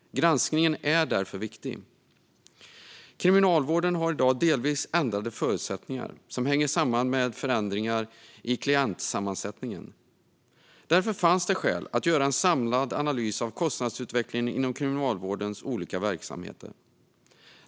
Granskningen är därför viktig. Kriminalvården har i dag delvis ändrade förutsättningar som hänger samman med förändringar i klientsammansättningen. Därför fanns det skäl att göra en samlad analys av kostnadsutvecklingen inom Kriminalvårdens olika verksamheter.